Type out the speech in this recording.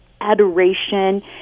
adoration